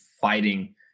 fighting